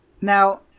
Now